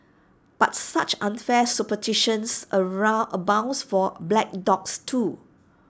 but such unfair superstitions around abounds for black dogs too